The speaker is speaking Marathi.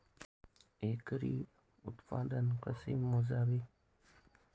एकरी उत्पादन कसे मोजावे?